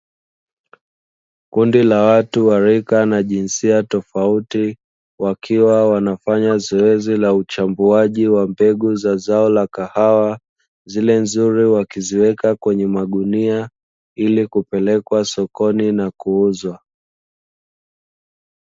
Kundi la watu wa rika na jinsia tofauti wakiwa wanafanya zoezi la uchambuaji wa mbegu za zao la kahawa, zile nzuri wakiziweka kwenye magunia ili kupelekwa sokoni na kuuzwa.